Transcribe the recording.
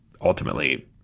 ultimately